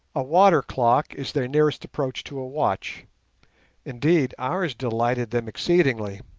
a water-clock is their nearest approach to a watch indeed, ours delighted them exceedingly.